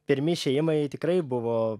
pirmi išėjimai tikrai buvo